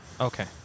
Okay